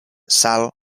sal